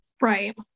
Right